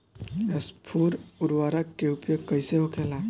स्फुर उर्वरक के उपयोग कईसे होखेला?